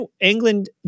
England